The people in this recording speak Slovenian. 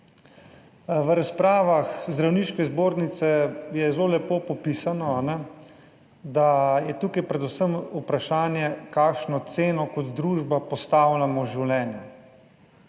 V razpravah Zdravniške zbornice je zelo lepo popisano, da je tukaj predvsem vprašanje, kakšno ceno kot družba, postavljamo življenju.